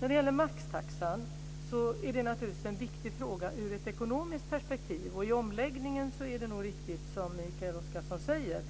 Frågan om maxtaxa är naturligtvis viktig ur ett ekonomiskt perspektiv. Det är nog riktigt att det i omläggningen, som Mikael Oscarsson säger,